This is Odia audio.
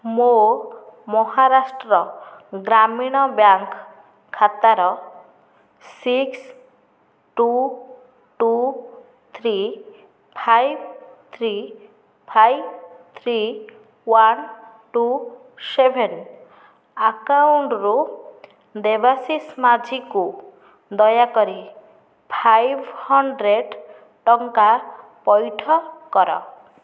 ମୋ ମହାରାଷ୍ଟ୍ର ଗ୍ରାମୀଣ ବ୍ୟାଙ୍କ୍ ଖାତାର six two two three five five three three one two seven account ରୁ ଦେବାଶିଷ ମାଝୀ କୁ ଦୟାକରି ଫାଇଭ୍ ହଣ୍ଡରେଡ଼୍ ଟଙ୍କା ପଇଠ କର